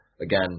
again